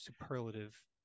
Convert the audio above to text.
superlative